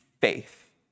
faith